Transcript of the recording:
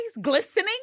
Glistening